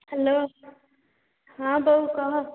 hello ହଁ ବୋଉ କହ